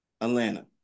Atlanta